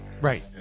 Right